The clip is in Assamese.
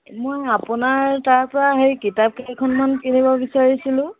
মই আপোনাৰ তাৰপৰা সেই কিতাপ কেইখনমান কিনিব বিচাৰিছিলো